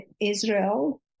Israel